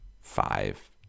five